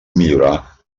millorar